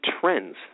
trends